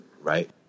Right